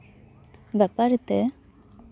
ᱵᱮᱯᱟᱨ ᱛᱮ